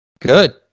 Good